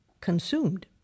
consumed